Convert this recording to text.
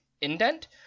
indent